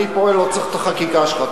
אני לא צריך את החקיקה שלך,